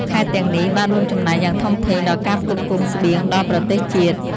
ខេត្តទាំងនេះ បានរួមចំណែកយ៉ាងធំធេងដល់ការផ្គត់ផ្គង់ស្បៀងដល់ប្រទេសជាតិ។